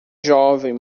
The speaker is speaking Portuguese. jovem